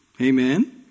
amen